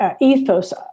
ethos